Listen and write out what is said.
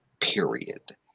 period